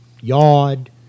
yard